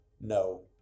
no